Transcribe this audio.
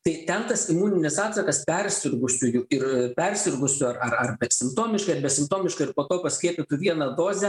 tai ten tas imuninis atsakas persirgusiųjų ir persirgusių ar ar bet simptomiškai ar besimptomiškai ir po to paskiepytų viena doze